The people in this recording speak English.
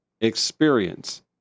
experience